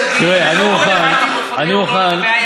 הוא נשאר יהודי.